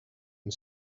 and